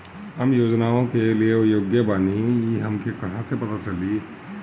हम योजनाओ के लिए योग्य बानी ई हमके कहाँसे पता चली?